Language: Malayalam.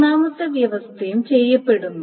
മൂന്നാമത്തെ വ്യവസ്ഥയും ചെയ്യപ്പെടുന്നു